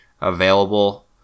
available